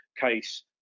case